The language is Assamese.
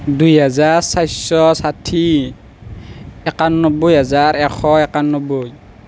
দুই হাজাৰ চাৰিশ ষাঠি একান্নৱৈ হেজাৰ এশ একান্নৱৈ